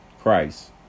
Christ